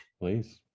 Please